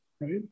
Right